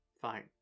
fine